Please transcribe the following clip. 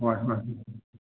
ꯍꯣꯏ ꯍꯣꯏ